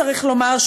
צריך לומר,